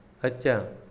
अच्छा